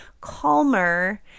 calmer